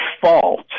fault